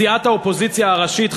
סיעת האופוזיציה הראשית,